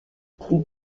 plus